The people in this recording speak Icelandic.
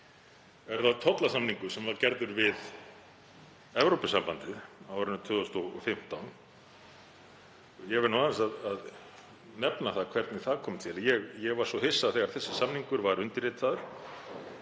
er það tollasamningur sem var gerður við Evrópusambandið á árinu 2015. Ég verð aðeins að nefna það hvernig það kom til. Ég varð svo hissa þegar þessi samningur var undirritaður